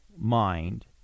mind